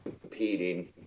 competing